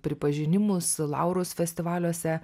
pripažinimus laurus festivaliuose